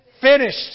Finished